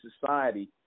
society